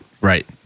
Right